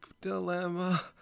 dilemma